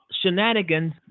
shenanigans